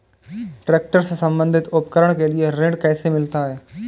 Tractor से संबंधित उपकरण के लिए ऋण कैसे मिलता है?